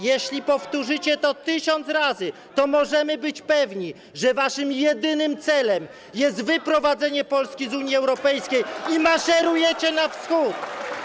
Jeśli powtórzycie to tysiąc razy, to możemy być pewni, że waszym jednym celem jest wyprowadzenie Polski z Unii Europejskiej i maszerujecie na wschód.